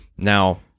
Now